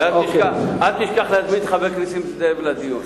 אל תשכח להזמין את חבר הכנסת נסים זאב לדיון.